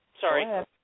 Sorry